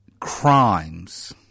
crimes